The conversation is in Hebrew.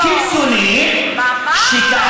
לאומית קיצונית, ממש.